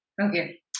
Okay